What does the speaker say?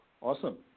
awesome